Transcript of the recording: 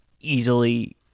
easily